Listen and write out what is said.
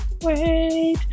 Wait